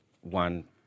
one